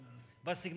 זה חלק מן ההצגה.